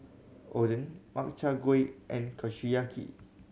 Oden Makchang Gui and Kushiyaki